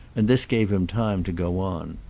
and this gave him time to go on.